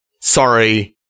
sorry-